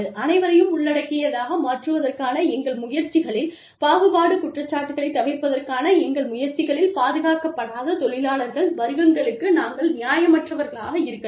அனைவரையும் உள்ளடக்கியதாக மாற்றுவதற்கான எங்கள் முயற்சிகளில் பாகுபாடு குற்றச்சாட்டுகளை தவிர்ப்பதற்கான எங்கள் முயற்சிகளில் பாதுகாக்கப்படாத தொழிலாளர்கள் வர்க்கங்களுக்கு நாங்கள் நியாயமற்றவர்களாக இருக்கலாம்